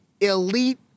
elite